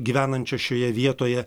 gyvenančios šioje vietoje